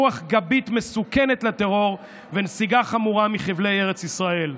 רוח גבית מסוכנת לטרור ונסיגה חמורה מחבלי ארץ ישראל.